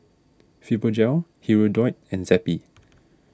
Fibogel Hirudoid and Zappy